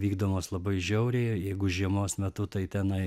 vykdomos labai žiauriai jeigu žiemos metu tai tenai